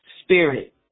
spirit